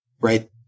right